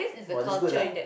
!wah! that's good ah